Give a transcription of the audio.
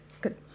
good